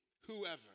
Whoever